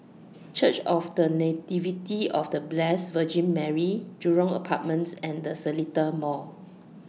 Church of The Nativity of The Blessed Virgin Mary Jurong Apartments and The Seletar Mall